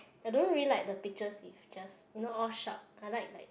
I don't really like the pictures if just you know all sharp I like like